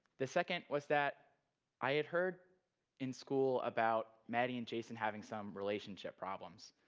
the second was that i had heard in school about maddie and jason having some relationship problems,